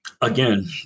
again